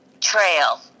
trail